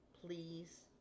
please